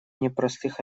непростых